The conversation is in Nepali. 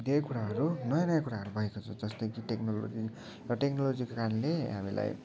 धेरै कुराहरू नयाँ नयाँ कुराहरू भएको छ जस्तो कि टेक्नोलोजी र टेक्नोलजीको कारणले हामीलाई